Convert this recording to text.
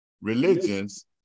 religions